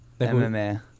MMA